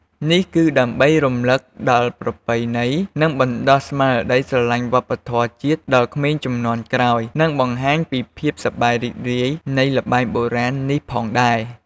នេះគឺដើម្បីរំលឹកដល់ប្រពៃណី និងបណ្តុះស្មារតីស្រឡាញ់វប្បធម៌ជាតិដល់ក្មេងជំនាន់ក្រោយ និងបង្ហាញពីភាពសប្បាយរីករាយនៃល្បែងបុរាណនេះផងដែរ។